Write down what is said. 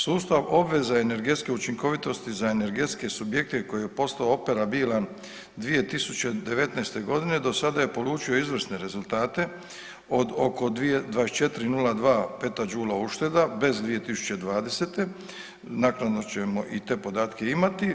Sustav obveze energetske učinkovitosti za energetske subjekte koji je postao operabilan 2019. g. do sada je polučio izvrsne rezultate od oko 24,02 petadžula ušteda, bez 2020., naknadno ćemo i te podatke imati.